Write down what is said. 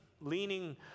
leaning